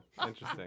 interesting